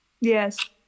yes